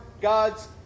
God's